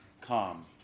calm